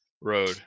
road